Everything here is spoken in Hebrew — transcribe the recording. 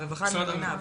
הרווחה אני מבינה.